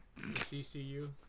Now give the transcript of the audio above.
CCU